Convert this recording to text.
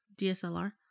DSLR